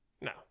No